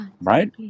Right